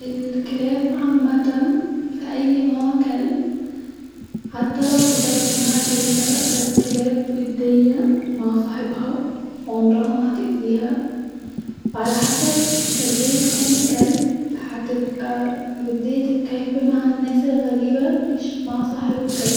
الكلاب عمتا- في نوع كلب-حتي لو طبيعتو انها شرسه-فالكلاب وديه مع صاحبها وعمرها ما تأذيها-وعلي حسب تربيه كل كلب-هتبقي وديه الكلب مع الناس الغريبه مش مع صاحب الكلب